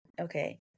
Okay